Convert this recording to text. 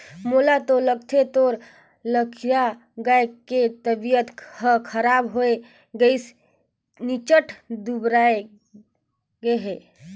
मोला तो लगथे तोर लखिया गाय के तबियत हर खराब होये गइसे निच्च्ट दुबरागे हे